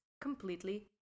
completely